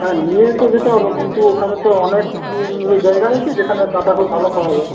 হ্যাঁ নিয়ে তো যেতে পারব কিন্তু ওখানে তো অনেক গুলো জায়গা রয়েছে যেখানে কাঁথা খুব ভালো পাওয়া যায়